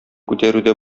күтәрүдә